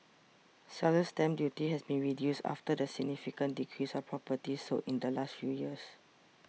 seller's stamp duty has been reduced after the significant decrease of properties sold in the last few years